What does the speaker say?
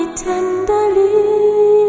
tenderly